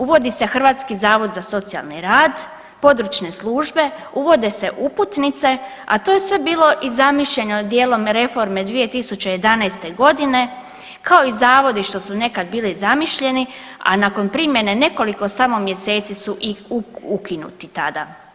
Uvodi se Hrvatski zavod za socijalni rad, područne službe, uvode se uputnice, a to je sve bilo i zamišljeno dijelom reforme 2011.g., kao i zavodi što su nekad bili zamišljeni, a nakon primjene nekoliko samo mjeseci su i ukinuti tada.